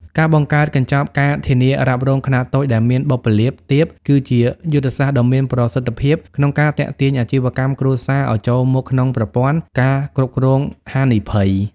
ការបង្កើតកញ្ចប់ ការធានារ៉ាប់រង ខ្នាតតូច ដែលមានបុព្វលាភទាប គឺជាយុទ្ធសាស្ត្រដ៏មានប្រសិទ្ធភាពក្នុងការទាក់ទាញអាជីវកម្មគ្រួសារឱ្យចូលមកក្នុងប្រព័ន្ធ ការគ្រប់គ្រងហានិភ័យ។